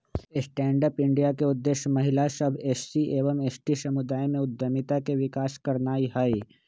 stand up India के उद्देश्य महिला सभ, एस.सी एवं एस.टी समुदाय में उद्यमिता के विकास करनाइ हइ